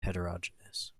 heterogeneous